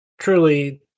truly